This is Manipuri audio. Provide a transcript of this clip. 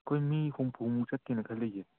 ꯑꯩꯈꯣꯏ ꯃꯤ ꯍꯨꯝꯐꯨꯃꯨꯛ ꯆꯠꯀꯦꯅ ꯈꯜꯂꯤꯌꯦ